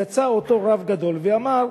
יצא אותו רב גדול ואמר: